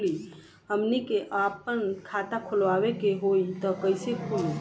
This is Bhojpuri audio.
हमनी के आापन खाता खोलवावे के होइ त कइसे खुली